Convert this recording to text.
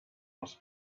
was